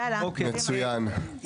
מצוין.